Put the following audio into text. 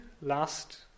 last